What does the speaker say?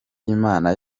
imana